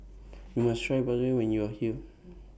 YOU must Try when YOU Are here